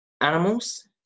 animals